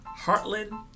Heartland